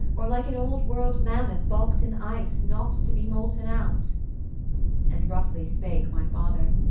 or like an old-world mammoth bulked in ice, not to be molten out and roughly spake my father,